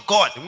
God